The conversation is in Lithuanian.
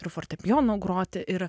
ir fortepijonu groti ir